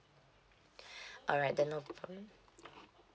alright then no problem